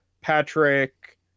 Patrick